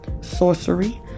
sorcery